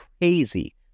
crazy